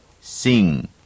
Sing